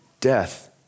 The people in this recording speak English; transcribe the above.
death